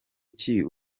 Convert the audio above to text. iki